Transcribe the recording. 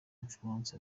influence